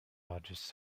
largest